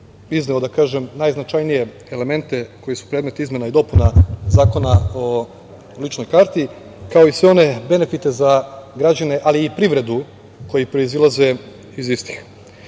odbora izneo najznačajnije elemente koji su predmet izmena i dopuna Zakona o ličnoj karti, kao i sve one benefite za građane, ali i privredu koji proizilaze iz istih. Uvek